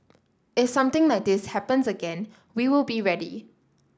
if something like this happens again we will be ready